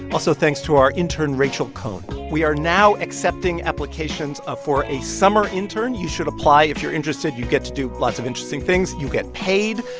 also, thanks to our intern, rachel cohn. we are now accepting applications ah for a summer intern. you should apply if you're interested. you get to do lots of interesting things. you get paid.